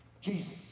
Jesus